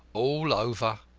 all over!